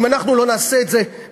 אם אנחנו לא נעשה את זה בעצמנו,